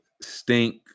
stink